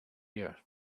ear